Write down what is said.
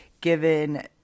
given